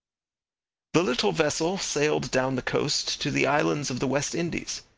the little vessel sailed down the coast to the islands of the west indies.